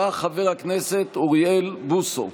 בא חבר הכנסת אוריאל בוסו,